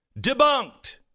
debunked